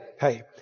hey